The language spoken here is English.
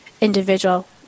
individual